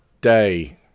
Day